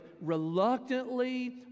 reluctantly